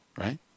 Right